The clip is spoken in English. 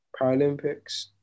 Paralympics